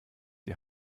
die